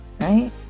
right